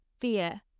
fear